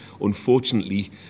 unfortunately